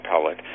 pellet